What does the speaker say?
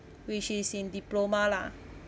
which is in diploma lah